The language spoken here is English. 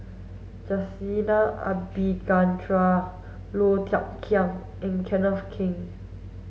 Jacintha Abisheganaden Low Thia Khiang and Kenneth Keng